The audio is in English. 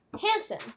Hansen